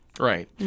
Right